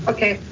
Okay